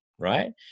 right